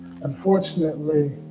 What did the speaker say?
Unfortunately